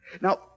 Now